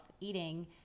eating